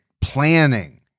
planning